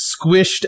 squished